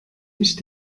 nicht